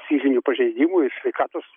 fizinių pažeidimų ir sveikatos